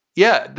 yeah,